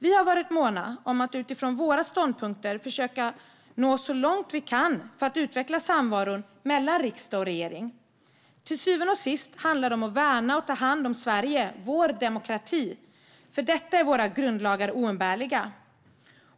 Vi har varit måna om att utifrån våra ståndpunkter försöka nå så långt vi kan för att utveckla samvaron mellan riksdag och regering. Till syvende och sist handlar det om att värna och ta hand om Sverige och vår demokrati. För detta är våra grundlagar oumbärliga.